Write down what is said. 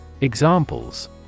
Examples